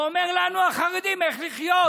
ואומר לנו החרדים איך לחיות.